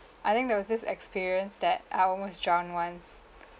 I think there was this experience that I almost drowned once